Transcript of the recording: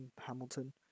hamilton